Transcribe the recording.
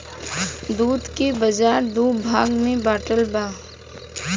दूध के बाजार दू भाग में बाटल बा